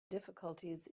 difficulties